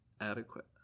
adequate